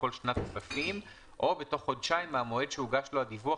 כל שנת כספים "או בתוך חודשיים מהמועד שהוגש לו הדיווח,